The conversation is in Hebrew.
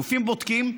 גופים בודקים,